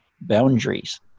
boundaries